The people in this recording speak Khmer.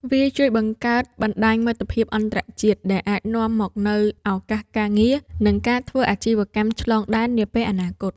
វាជួយបង្កើតបណ្ដាញមិត្តភាពអន្តរជាតិ ដែលអាចនាំមកនូវឱកាសការងារ ឬការធ្វើអាជីវកម្មឆ្លងដែននាពេលអនាគត។